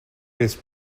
més